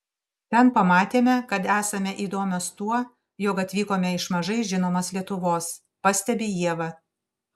ten pamatėme kad esame įdomios tuo jog atvykome iš mažai žinomos lietuvos pastebi ieva